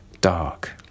dark